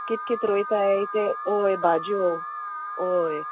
कित कित रोयताय ते ओय भाज्यो ओय